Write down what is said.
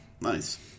Nice